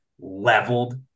leveled